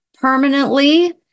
permanently